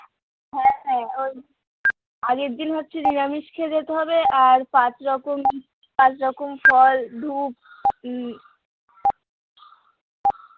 হ্যাঁ হ্যাঁ ওই আগের দিন হচ্ছে নিরামিষ খেয়ে যেতে হবে আর পাঁচ রকম পাঁচ রকম ফল ধূপ